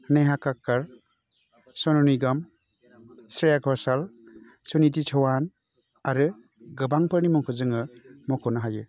नेहा काक्कर सनु निगम स्रेया घशाल सुनिधि चौहान आरो गोबांफोरनि मुंखौ जोङो मख'नो हायो